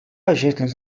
agência